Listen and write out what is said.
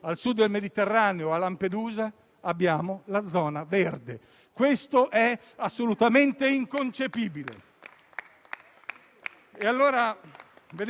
perché immigrare non è un diritto, può essere un'aspirazione, per alcuni può essere una speranza, ma non è un diritto.